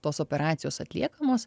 tos operacijos atliekamos